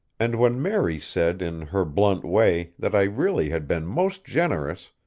and when mary said in her blunt way that i really had been most generous,